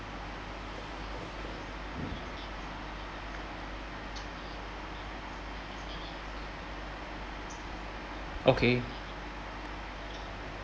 okay